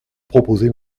proposez